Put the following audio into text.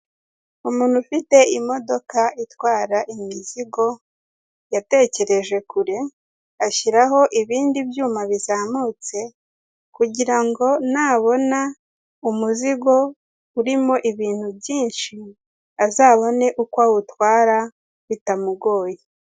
Umuntu ufite imodoka itwara imizigo yatekereje kure ashyiraho ibindi byuma bizamutse kugirango nabona umuzigo urimo ibintu byinshi azabone uko awutwara bitamugoye.